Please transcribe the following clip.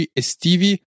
estivi